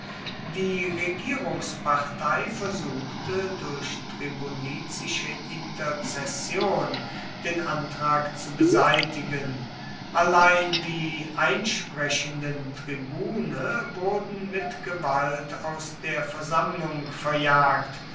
die regierungspartei versuchte durch tribunizische interzession den antrag zu beseitigen allein die einsprechenden tribune wurden mit gewalt aus der versammlung verjagt